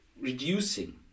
reducing